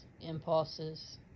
impulses